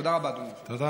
תודה רבה, אדוני.